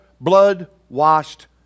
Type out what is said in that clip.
blood-washed